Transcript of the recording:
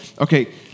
okay